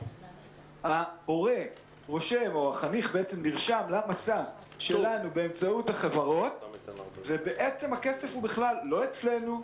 החניך נרשם למסע שלנו באמצעות החברות ובעצם הכסף בכלל לא אצלנו,